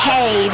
Hey